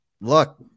look –